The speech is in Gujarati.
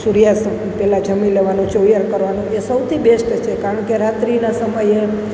સૂર્યાસ્ત પહેલાં જમી લેવાનું ચોવીયાર કરવાનું એ સૌથી બેસ્ટ છે કરણ કે રાત્રિના સમયે